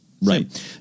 right